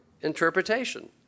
interpretation